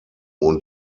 und